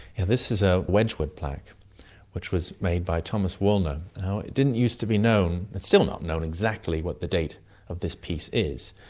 and this is a wedgwood wedgwood plaque which was made by thomas woolner. it didn't used to be known. it's still not known exactly what the date of this piece is,